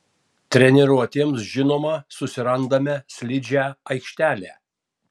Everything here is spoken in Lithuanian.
treniruotėms žinoma susirandame slidžią aikštelę